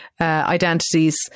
identities